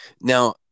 Now